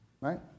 right